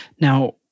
Now